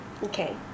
Okay